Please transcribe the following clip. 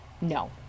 No